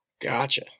gotcha